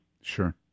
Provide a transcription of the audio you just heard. Sure